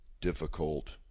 difficult